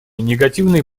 негативные